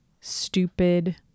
stupid